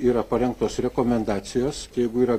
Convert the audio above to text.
yra parengtos rekomendacijos jeigu yra